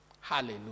Hallelujah